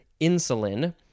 insulin